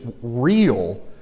real